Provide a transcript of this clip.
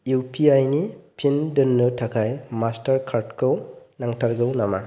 U P I नि PIN दोननो थाखाय मास्टारकार्डखौ नांथारगौ नामा